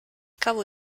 cavo